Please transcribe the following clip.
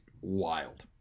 wild